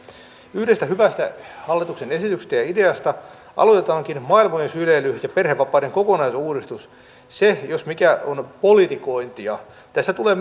yhdestä hyvästä hallituksen esityksestä ja ideasta aloitetaankin maailmojen syleily ja perhevapaiden kokonaisuudistus se jos mikä on politikointia tässä tulee